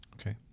Okay